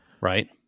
Right